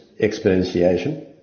exponentiation